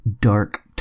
dark